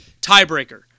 Tiebreaker